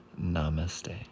Namaste